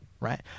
right